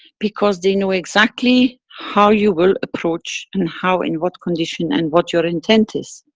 because, they know exactly how you will approach and how, in what condition, and what your intent is.